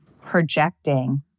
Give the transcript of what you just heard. projecting